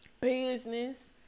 business